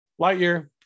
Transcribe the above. Lightyear